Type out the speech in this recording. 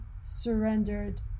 surrendered